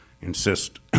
insist